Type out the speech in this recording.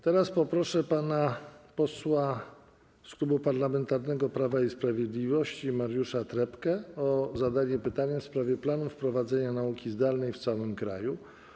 Teraz poproszę pana posła z Klubu Parlamentarnego Prawo i Sprawiedliwość Mariusza Trepkę o zadanie pytania w sprawie planu wprowadzenia nauki zdalnej w całym kraju.